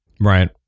Right